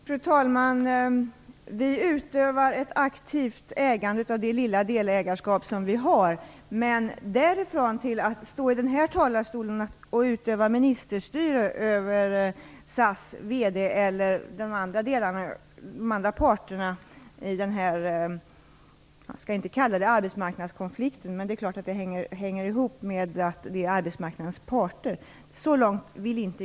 Fru talman! Vi utövar ett aktivt ägande av den lilla del som vi har. Men jag vill inte gå så långt som till att stå i den här talarstolen och utöva ministerstyre över SAS vd eller de andra parterna i den här konflikten. Man skall kanske inte kalla det för en arbetsmarknadskonflikt, men det är klart att det handlar om arbetsmarknadens parter.